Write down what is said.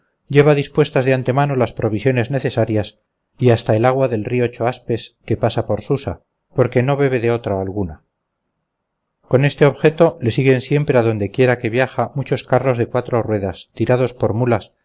lleva dispuestas de antemano las provisiones necesarias y hasta el agua del río choaspes que pasa por susa porque no bebe de otra alguna con este objeto le siguen siempre a donde quiera que viaja muchos carros de cuatro ruedas tirados por mulas